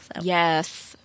Yes